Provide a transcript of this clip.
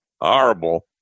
Horrible